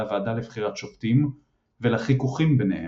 הוועדה לבחירת שופטים ולחיכוכים ביניהם.